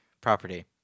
property